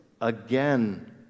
Again